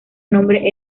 nombre